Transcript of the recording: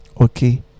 okay